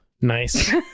Nice